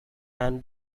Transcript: and